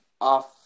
off